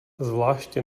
zvláště